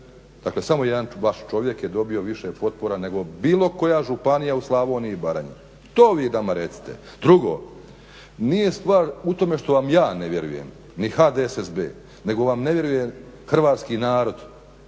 dakle samo jedan vaš čovjek je dobio više potpora nego bilo koja županija u Slavoniji i Baranji. To vi nama recite. Nije stvar u tome što vam ja ne vjerujem ni HDSSB nego vam ne vjeruje hrvatski narod